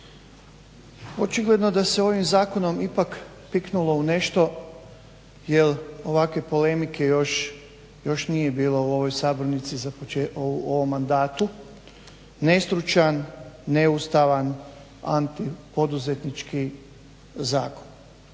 Očigledno da se ovim zakonom ipak piknulo u nešto, jel ovakve polemike još nije bilo u ovoj sabornici za, u ovom mandatu. Nestručan, neustavan, antipoduzetnički zakon.